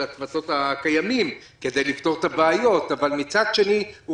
הצוותים הקיימים כדי לפתור את הבעיות אבל מצד שני,